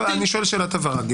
אני שואל שאלת הבהרה.